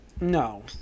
No